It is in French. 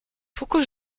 pourquoi